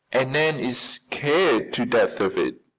and nan is scared to death of it,